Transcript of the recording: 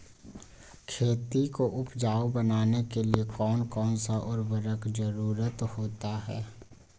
खेती को उपजाऊ बनाने के लिए कौन कौन सा उर्वरक जरुरत होता हैं?